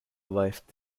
left